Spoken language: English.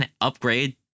upgrade